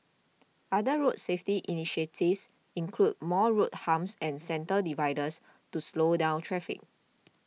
other road safety initiatives include more road humps and centre dividers to slow down traffic